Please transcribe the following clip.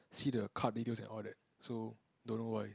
see the card details and all that so don't know why